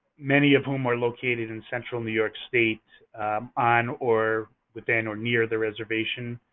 many of whom are located in central new york state on or within or near the reservation.